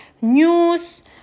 news